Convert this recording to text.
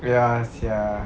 ya sia